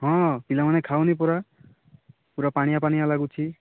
ହଁ ପିଲାମାନେ ଖାଉନି ପରା ପୁରା ପାଣିଆ ପାଣିଆ ଲାଗୁଛି